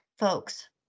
folks